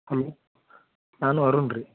hello ನಾನು ಅರುಣ್ ರೀ